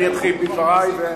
הוא כבר מפסיק לצחוק מהבדיחות הללו,